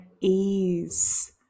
ease